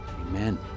Amen